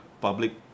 public